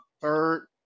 third